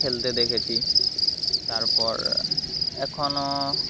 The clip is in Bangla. খেলতে দেখেছি তারপর এখনও